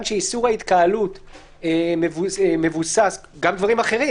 שאיסור ההתקהלות של תקנה 4 מבוסס - גם דברים אחרים